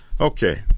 Okay